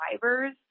drivers